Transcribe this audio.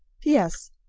p s.